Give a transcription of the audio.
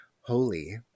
holy